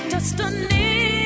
Destiny